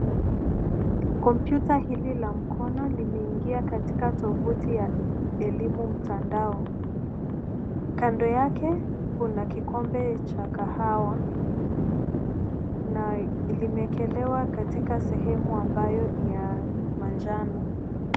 Kompyuta hili la mkono limeingia katika tovuti ya elimu mtandao. Kando yake kuna kikombe cha kahawa na limeekelewa katika sehemu ambayo ni ya manjano.